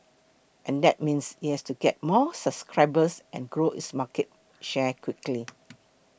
and that means it has to get more subscribers and grow its market share quickly